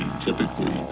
typically